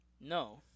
No